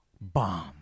bomb